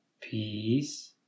Peace